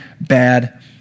bad